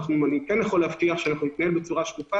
ואני כן יכול להבטיח שאנחנו נתנהל בצורה שקופה